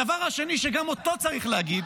הדבר השני, שגם אותו צריך להגיד,